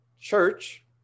church